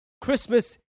Christmas